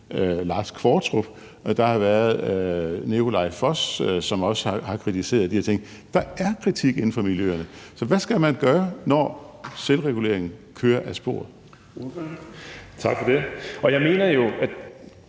har været Nikolai Foss, som også har kritiseret de her ting. Der er kritik inden for miljøerne. Så hvad skal man gøre, når selvreguleringen kører af sporet? Kl. 13:37 Den fg.